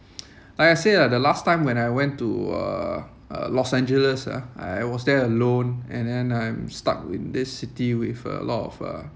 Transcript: like I say lah the last time when I went to uh uh los angeles ah I was there alone and then I'm stuck in this city with a lot of uh